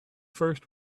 first